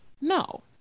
no